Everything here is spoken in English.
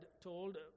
told